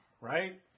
Right